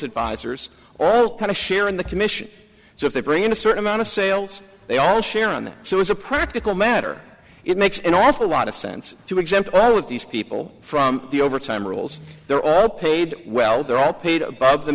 advisors all kind of share in the commission so if they bring in a certain amount of sales they all share in that so as a practical matter it makes an awful lot of sense to exempt all of these people from the overtime rules there are paid well they're all paid above the